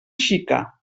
xica